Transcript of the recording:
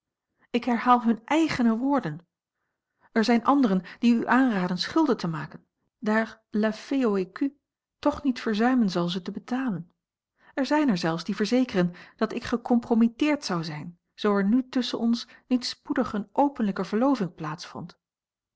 ik herhaal hunne eigene woorden er zijn anderen die u aanraden schulden te maken daar la fée aux écux toch niet verzuimen zal ze te betalen er zijn er zelfs die verzekeren dat ik gecompromitteerd zou zijn zoo er nu tusschen ons niet spoedig eene openlijke verloving